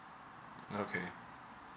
okay